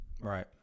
right